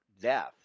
death